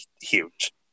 huge